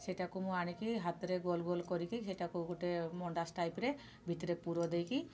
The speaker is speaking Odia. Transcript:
ସେଇଟାକୁ ମୁଁ ଆଣିକି ହାତରେ ଗୋଲ ଗୋଲ କରିକି ସେଇଟାକୁ ଗୋଟେ ମଣ୍ଡା ଟାଇପ୍ରେ ଭିତରେ ପୁର ଦେଇକି